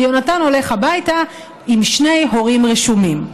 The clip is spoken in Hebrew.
ויהונתן הולך הביתה עם שני הורים רשומים.